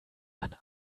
man